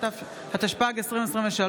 התשפ"ג 2023,